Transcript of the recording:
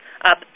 up